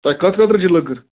تۄہہِ کَتھ خٲطرٕ چھِ یہِ لٔکٕر